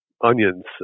onions